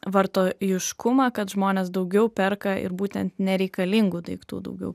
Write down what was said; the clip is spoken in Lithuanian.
vartojiškumą kad žmonės daugiau perka ir būtent nereikalingų daiktų daugiau